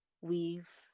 weave